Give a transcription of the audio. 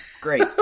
Great